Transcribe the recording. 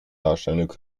darstellende